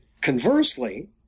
Conversely